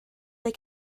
they